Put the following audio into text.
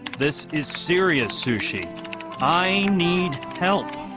this is serious sushi i need help